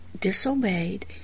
disobeyed